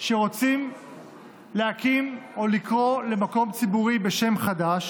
שרוצות לקרוא למקום ציבורי בשם חדש